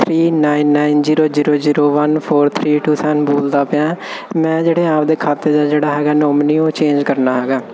three nine nine zero zero zero one four three two ਸਨ ਬੋਲਦਾ ਪਿਆ ਮੈਂ ਜਿਹੜੇ ਆਪਦੇ ਖਾਤੇ ਦਾ ਜਿਹੜਾ ਹੈਗਾ ਨੋਮੀਨੀ ਉਹ ਚੇਂਜ ਕਰਨਾ ਹੈਗਾ